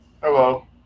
Hello